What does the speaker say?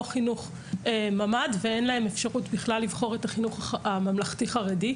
חינוך ממ"ד ואין להם אפשרות בכלל לבחור את החינוך הממלכתי חרדי.